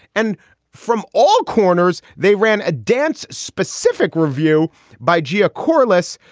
and from all corners they ran a dance specific review by jia corless,